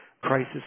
crisis